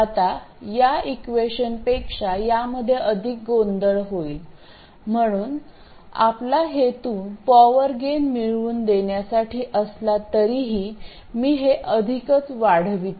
आता या इक्वेशनपेक्षा यामध्ये अधिक गोंधळ होईल म्हणून आपला हेतू पॉवर गेन मिळवून देण्यासाठी असला तरीही मी हे अधिकच वाढवितो